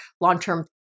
long-term